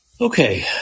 Okay